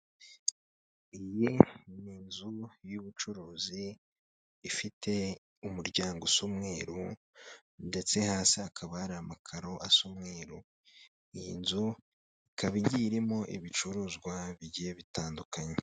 Iyi ni inzu y'ubucuruzi, ifite umuryango usa umweru ndetse hasi hakaba hari amakaro asa umweru, iyi nzu ikaba igiye irimo ibicuruzwa bigiye bitandukanye.